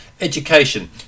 education